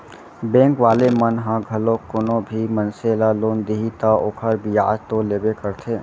bank वाले मन ह घलोक कोनो भी मनसे ल लोन दिही त ओखर बियाज तो लेबे करथे